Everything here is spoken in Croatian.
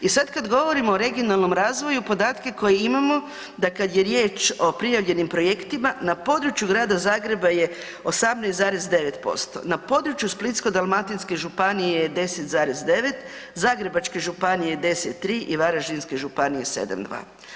I sad kad govorimo o regionalnom razvoju podatke koje imamo da kad je riječ o prijavljenim projektima na području Grada Zagreba je 18,9%, na području Splitsko-dalmatinske županije je 10,9, Zagrebačke županije 10,3 i Varaždinske županije 7,2.